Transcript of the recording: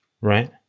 Right